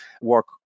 work